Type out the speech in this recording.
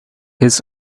his